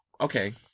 okay